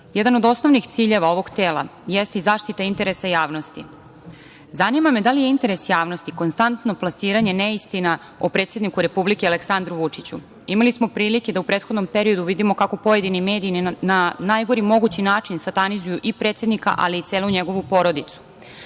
od osnovnih ciljeva regulatornih tela jeste i zaštita interesa javnosti. Zanima me da li je interes javnosti konstantno plasiranje neistina o predsedniku Republike Aleksandru Vučiću? Imali smo prilike da u prethodnom periodu vidimo kako pojedini mediji na najgori mogući način satanizuju i predsednika, ali i celu njegovu porodicu.